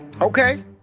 okay